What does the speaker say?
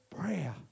prayer